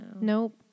Nope